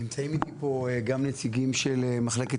נמצאים איתי פה גם נציגים של מחלקת